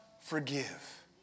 forgive